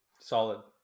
Solid